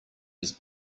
his